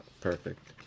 Perfect